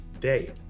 day